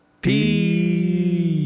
peace